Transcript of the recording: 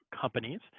companies